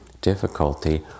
difficulty